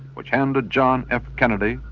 which handed john f kennedy,